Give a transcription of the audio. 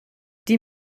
die